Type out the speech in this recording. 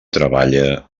treballa